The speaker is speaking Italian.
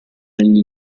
negli